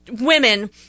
Women